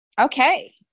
Okay